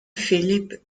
philip